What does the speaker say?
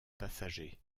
passager